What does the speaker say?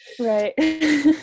Right